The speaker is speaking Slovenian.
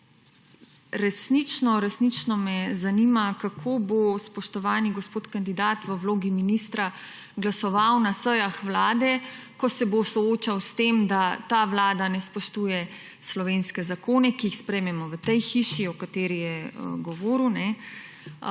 Resnično, resnično me zanima kako bo spoštovani gospod kandidat v vlogi ministra glasoval na sejah Vlade, ko se bo soočal s tem, da ta Vlada ne spoštuje slovenske zakone, ki jih sprejmemo v tej hiši o kateri je govoril?